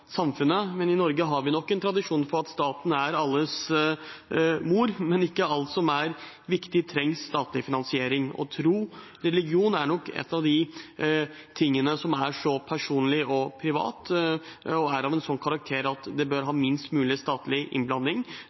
samfunnet. I Norge har vi nok en tradisjon for at staten er alles mor, men ikke alt som er viktig, trenger statlig finansiering, og religion er nok en av de tingene som er så personlig og privat og er av en sånn karakter at det bør være minst mulig statlig innblanding.